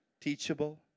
teachable